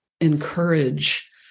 encourage